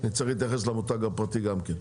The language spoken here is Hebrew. נצטרך להתייחס למותג הפרטי גם כן.